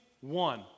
one